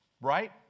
right